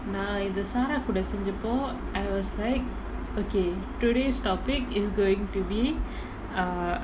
நா இது:naa ithu sara கூட செஞ்சபோ:kooda senjapo I was like okay today's topic is going to be err